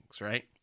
right